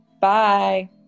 Bye